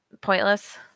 pointless